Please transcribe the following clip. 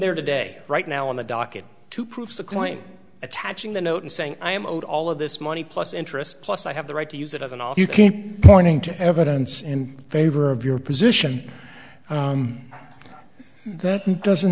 there today right now on the docket to prove the point attaching the note and saying i am owed all of this money plus interest plus i have the right to use it as an offer you keep pointing to evidence in favor of your position that doesn't